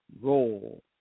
role